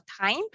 time